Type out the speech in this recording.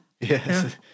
Yes